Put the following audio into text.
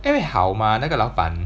因为好吗那个老板